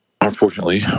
Unfortunately